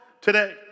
today